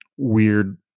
weird